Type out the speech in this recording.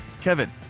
Kevin